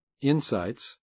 Insights